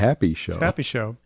happy show after show